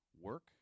work